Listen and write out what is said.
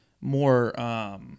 more